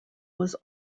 was